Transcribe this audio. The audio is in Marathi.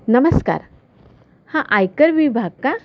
नमस्कार हां आयकर विभाग का